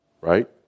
right